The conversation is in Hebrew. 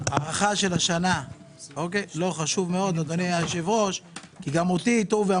זה חשוב מאוד, אדוני היושב-ראש, כי גם אותי הטעו.